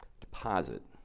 deposit